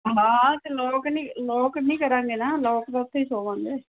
ਹਾਂ ਤੇ ਲੋਕ ਨਹੀਂ ਲੋਕ ਨਹੀਂ ਕਰਾਂਗੇ ਲੋਕ ਉੱਥੇ ਹੀ ਸੋਵਾਂਗੇ